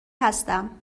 هستم